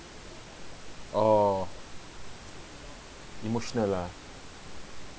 oh emotional lah